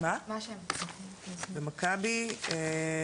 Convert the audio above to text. אני גם ממכבי וגם